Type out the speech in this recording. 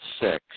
six